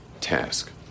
task